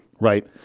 right